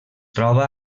troba